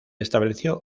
estableció